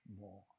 more